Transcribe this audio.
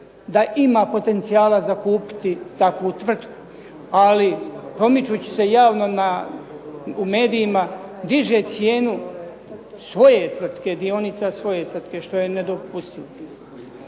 da ima potencijala za kupiti takvu tvrtku. Ali promičući se javno u medijima diže cijenu svoje tvrtke, dionica svoje tvrtke što je nedopustivo.